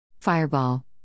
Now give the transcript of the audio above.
Fireball